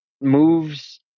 moves